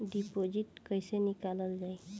Deposit कैसे निकालल जाइ?